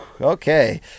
Okay